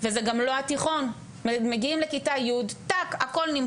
אז שתבינו שאנחנו לא באים להפוך אף אחד ובטח לא לטלטל אף אחד,